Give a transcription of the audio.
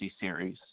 series